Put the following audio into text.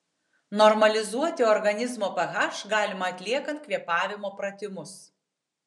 normalizuoti organizmo ph galima atliekant kvėpavimo pratimus